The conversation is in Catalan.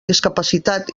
discapacitat